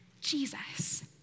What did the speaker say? Jesus